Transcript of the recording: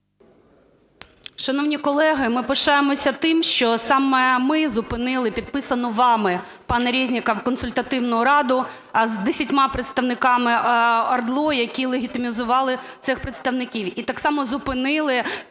Шановні колеги, ми пишаємося тим, що саме ми зупинили підписану вами, пане Резніков, консультативну раду з десятьма представниками ОРДЛО, які легітимізували цих представників,